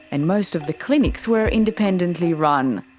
and most of the clinics were independently run.